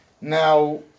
Now